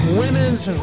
women's